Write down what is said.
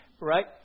right